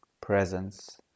presence